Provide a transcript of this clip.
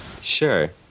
Sure